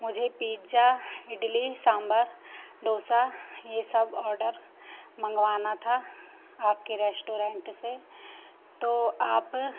मुझे पीजा इडली सांभर डोसा ये सब ऑडर मँगवाना था आपके रेश्टोरेंट से तो आप